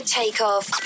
takeoff